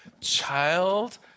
child